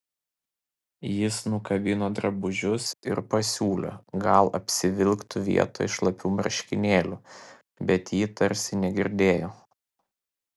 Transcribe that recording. jis nukabino drabužius ir pasiūlė gal apsivilktų vietoj šlapių marškinėlių bet ji tarsi negirdėjo